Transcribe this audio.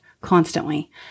constantly